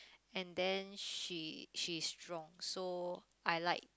and then she she's strong so I like